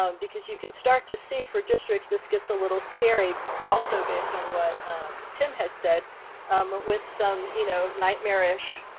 um because you can start to see for districts this gets a little scary. also, based on what tim had said with some you know nightmarish